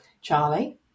Charlie